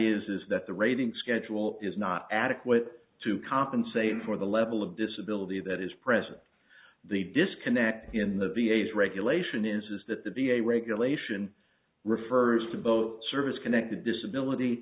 is that the rating schedule is not adequate to compensate for the level of disability that is present the disconnect in the v a s regulation is that the v a regulation refers to both service connected disability